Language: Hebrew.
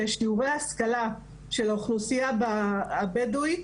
ששיעורי ההשכלה של האוכלוסייה הבדואית